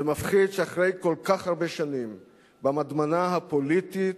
מפחיד שאחרי כל כך הרבה שנים במדמנה הפוליטית,